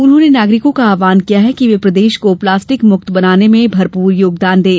उन्होंने नागरिकों का आव्हान किया है कि वे प्रदेश को प्लास्टिक प्रदूषण मुक्त बनाने में भरपूर योगदान दें